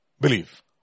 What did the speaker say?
believe